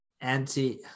anti